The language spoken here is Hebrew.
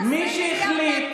מי שהחליט,